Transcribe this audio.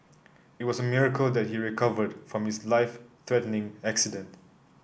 it was a miracle that he recovered from his life threatening accident